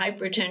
hypertension